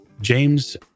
James